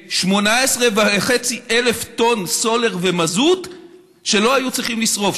מ-18,500 טונות סולר ומזוט שלא היו צריכים לשרוף,